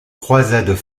croisades